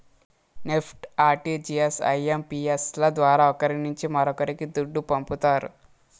NEFT, RTGS, IMPS ల ద్వారా ఒకరి నుంచి మరొక్కరికి దుడ్డు పంపతారు